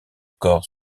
corps